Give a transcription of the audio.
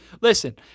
listen